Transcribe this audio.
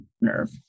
nerve